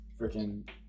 freaking